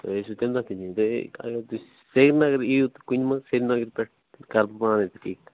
تُہۍ ٲسوٕ تَمہِ دۄہ تہِ نِنۍ تُہۍ اگر تُہۍ سرینگر یِیو کُنہِ منٛز سرینگرٕ پٮ۪ٹھ کَرٕ بہٕ پانے ٹھیٖک